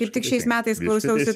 kaip tik šiais metais klausiausi